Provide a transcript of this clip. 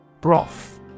Broth